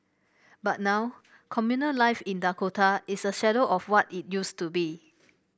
but now communal life in Dakota is a shadow of what it used to be